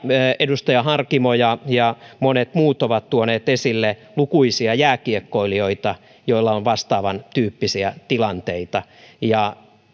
edustaja harkimo ja ja monet muut ovat tuoneet esille lukuisia jääkiekkoilijoita joilla on vastaavan tyyppisiä tilanteita ja